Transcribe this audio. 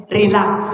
relax